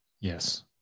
Yes